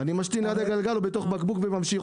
אני משתין ליד הגלגל, בתוך בקבוק וממשיך.